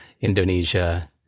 Indonesia